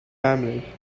family